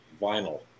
vinyl